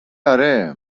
اره